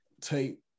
take